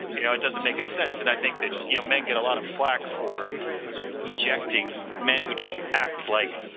you know it doesn't make any sense and i think that your you know men get a lot of flak for ejecting men who don't act like,